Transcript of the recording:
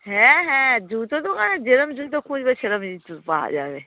হ্যাঁ হ্যাঁ জুতো দোকানে যেরকম জুতো খুঁজবে সেরকম জুতো পাওয়া যাবে